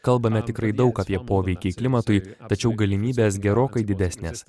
kalbame tikrai daug apie poveikį klimatui tačiau galimybės gerokai didesnės